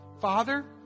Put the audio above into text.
Father